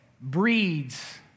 breeds